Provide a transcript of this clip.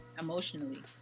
emotionally